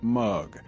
mug